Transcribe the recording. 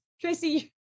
Tracy